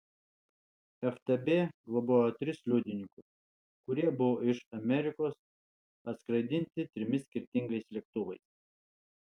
ftb globojo tris liudininkus kurie buvo iš amerikos atskraidinti trimis skirtingais lėktuvais